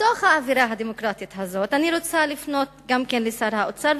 בתוך האווירה הדמוקרטית הזאת אני רוצה לפנות אל שר האוצר,